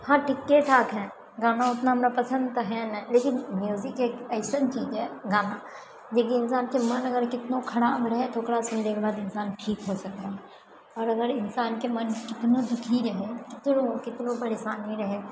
हँ ठीके ठाक है गाना उतना हमरा पसन्द तऽ हए नहि लेकिन म्यूजिक एक अइसन चीज हइ गाना जे कि इन्सानके मन अगर केतनो खराब रहै तऽ ओकरा सुनलेके बाद इन्सान ठीक हो सकै हइ आओर अगर इन्सानके मन केतनो दुखी रहै केतनो केतनो परेशानी रहै